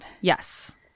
Yes